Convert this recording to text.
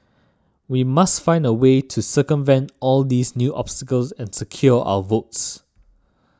we must find a way to circumvent all these new obstacles and secure our votes